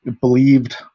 believed